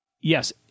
Yes